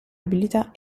abilità